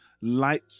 light